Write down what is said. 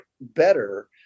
better